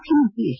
ಮುಖ್ಯಮಂತ್ರಿ ಎಚ್